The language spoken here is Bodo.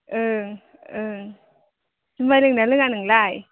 ओं ओं जुमाय लोंना लोंङा नोंलाय